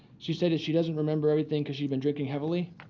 she said she doesn't remember everything because she'd been drinking heavily.